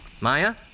Maya